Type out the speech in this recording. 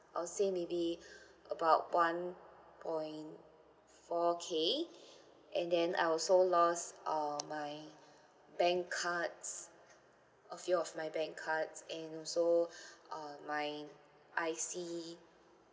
I would say maybe about one point four K and then I also lost uh my bank cards a few of my bank cards and also uh my I_C